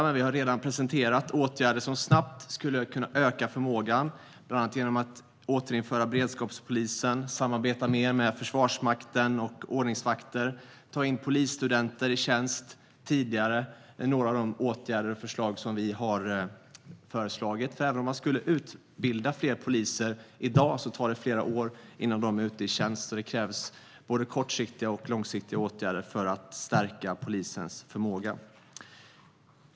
Men vi har redan presenterat åtgärder som snabbt skulle kunna öka förmågan, bland annat genom att återinföra beredskapspolisen, samarbeta mer med Försvarsmakten och ordningsvakter samt ta in polisstudenter i tjänst tidigare. Det är några av de åtgärder som vi har föreslagit. Men även om man skulle utbilda fler poliser i dag tar det flera år innan de är ute i tjänst, så det krävs både kortsiktiga och långsiktiga åtgärder för att stärka polisens förmåga.